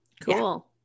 cool